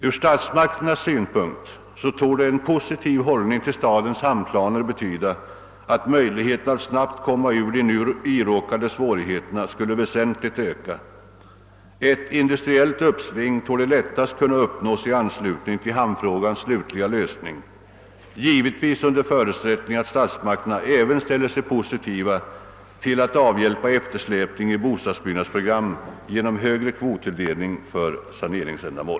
Från statsmakternas synpunkt torde en positiv hållning till stadens hamnplaner betyda att möjligheterna att snabbt komma ur de nu iråkade svårigheterna väsentligt skulle öka. Ett industriellt uppsving torde lättast kunna uppnås i samband med hamnfrågans slutliga lösning — givetvis under förutsättning att statsmakterna även ställer sig positiva till att avhjälpa eftersläpningen i bostadsbyggnadsprogrammet genom högre kvottilldelning för saneringsändamål.